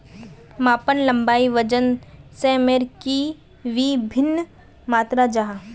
मापन लंबाई वजन सयमेर की वि भिन्न मात्र जाहा?